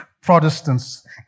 Protestants